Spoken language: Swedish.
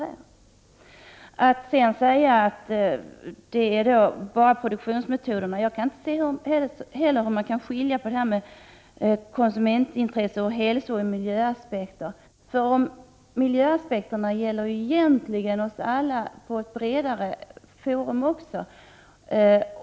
Jag kan inte heller se hur man kan skilja på konsumentintresset och hälsooch miljöaspekten. Miljöaspekten gäller ju oss alla på bred front.